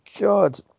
God